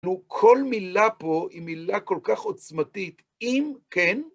כל מילה פה היא מילה כל כך עוצמתית. אם כן,